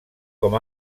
com